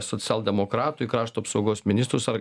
socialdemokratų į krašto apsaugos ministrus ar